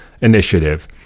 initiative